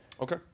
Okay